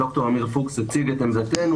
ד"ר עמיר פוקס הציג את עמדתנו,